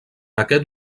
aquest